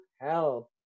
help